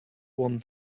one